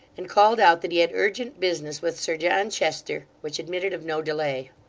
and called out that he had urgent business with sir john chester, which admitted of no delay.